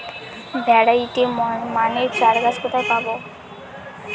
Variety মানের চারাগাছ কোথায় পাবো?